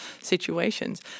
situations